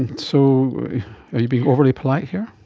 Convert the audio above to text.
and so are you being overly polite here?